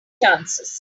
chances